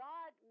God